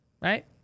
right